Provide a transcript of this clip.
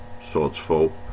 Swordsfall